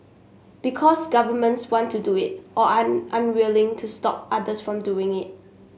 because governments want to do it or are unwilling to stop others from doing it